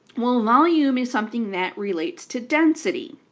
well volume is something that relates to density.